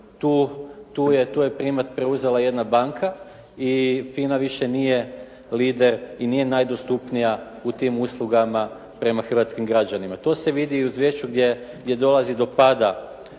Tu je primat preuzela jedna banka i FINA više nije lider i više nije najdostupnija u tim uslugama prema hrvatskim građanima. To se vidi u izvješću gdje dolazi do pada